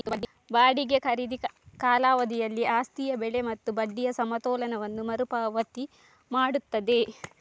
ಬಾಡಿಗೆ ಖರೀದಿ ಕಾಲಾವಧಿಯಲ್ಲಿ ಆಸ್ತಿಯ ಬೆಲೆ ಮತ್ತು ಬಡ್ಡಿಯ ಸಮತೋಲನವನ್ನು ಮರು ಪಾವತಿ ಮಾಡುತ್ತದೆ